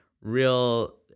real